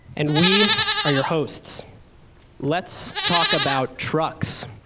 and we are your hosts let's talk about trucks,